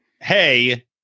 hey